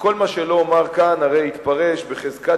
כל מה שלא אומר כאן הרי יתפרש בחזקת